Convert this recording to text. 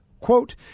Quote